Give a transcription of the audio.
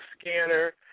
scanner